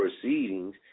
proceedings